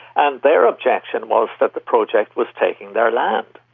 and their objection was that the project was taking their land.